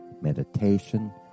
meditation